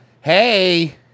Hey